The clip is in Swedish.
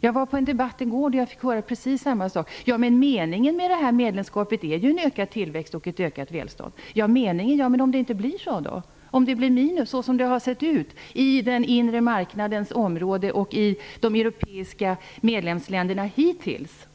Jag var på en debatt i går där jag fick höra precis samma sak: Men meningen med medlemskapet är ju en ökad tillväxt och ett ökat välstånd. Meningen ja -- men om det inte blir så, om det blir minus? Så har det sett ut på den inre marknadens område och i de europeiska medlemsländerna hittills.